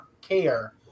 care